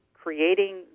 Creating